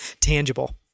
tangible